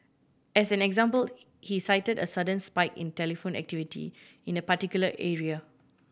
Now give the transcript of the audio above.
as an example he cited a sudden spike in telephone activity in a particular area